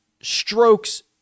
strokes